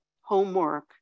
homework